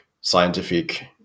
scientific